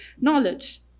knowledge